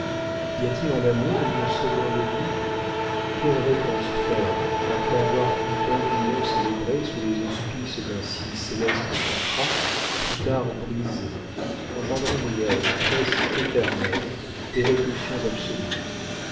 y a-t-il en amour une seconde vue quelle réponse faire après avoir vu tant d'unions célébrées sous les auspices d'un si céleste contrat plus tard brisées engendrant des haines presque éternelles des répulsions absolues